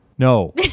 No